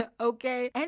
okay